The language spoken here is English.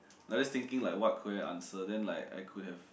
I just thinking like what could I have answer then like I could have